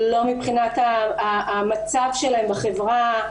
לא מבחינת המצב שלהן בחברה,